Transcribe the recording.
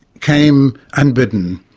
came unbidden.